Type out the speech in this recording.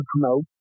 promote